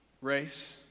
race